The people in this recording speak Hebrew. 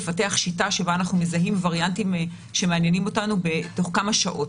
לפתח שיטה שבה אנחנו מזהים וריאנטים שמעניינים אותנו בתוך כמה שעות.